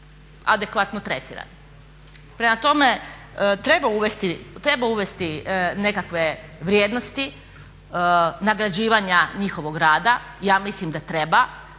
adekvatno tretiran. Prema tome, treba uvesti nekakve vrijednosti nagrađivanja njihovog rada. Ja mislim da treba